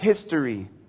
history